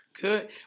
Good